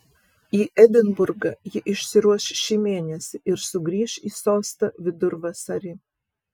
į edinburgą ji išsiruoš šį mėnesį ir sugrįš į sostą vidurvasarį